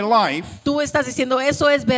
life